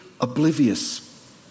oblivious